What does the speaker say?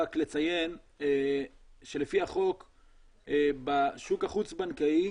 רק לציין שלפי החוק בשוק החוץ-בנקאי,